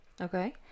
Okay